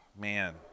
Man